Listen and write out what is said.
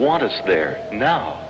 want us there now